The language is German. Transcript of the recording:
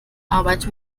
arbeit